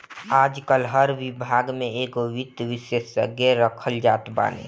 आजकाल हर विभाग में एगो वित्त विशेषज्ञ रखल जात बाने